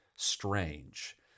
Strange